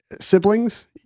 siblings